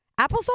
Applesauce